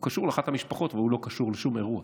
הוא קשור לאחת המשפחות אבל הוא לא קשור לשום אירוע,